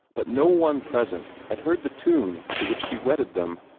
but no one present had heard the tune to which she wedded them.